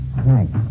Thanks